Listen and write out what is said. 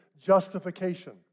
justification